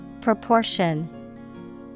Proportion